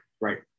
right